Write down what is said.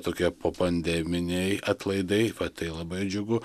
tokie popandeminiai atlaidai tai labai džiugu